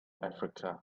africa